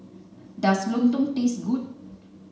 does Lontong taste good